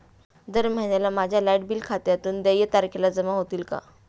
दर महिन्याला माझ्या लाइट बिल खात्यातून देय तारखेला जमा होतील का?